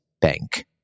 Bank